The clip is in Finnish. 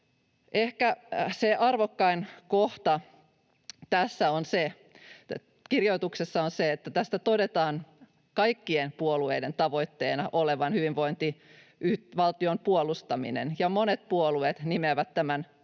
Ehkä arvokkain kohta tässä kirjoituksessa on se, että tässä todetaan kaikkien puolueiden tavoitteena olevan hyvinvointivaltion puolustaminen, ja monet puolueet nimeävät tämän